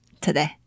today